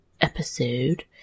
episode